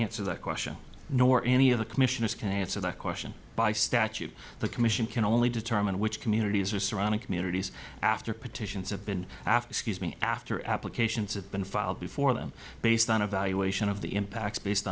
answer that question nor any of the commissioners can answer that question by statute the commission can only determine which communities are surrounding communities after petitions have been after me after applications that been filed before them based on evaluation of the impacts based